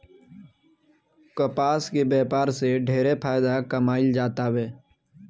कपास के व्यापार से ढेरे फायदा कमाईल जातावे